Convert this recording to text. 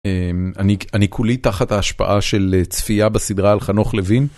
אני כולי תחת ההשפעה של צפייה בסדרה על חנוך לוין.